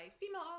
female